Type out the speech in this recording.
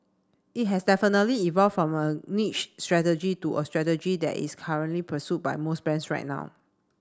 it has definitely evolved from a niche strategy to a strategy that is currently pursued by most brands right now